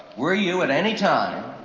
were you, at any time,